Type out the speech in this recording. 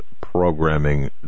programming